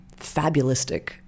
fabulistic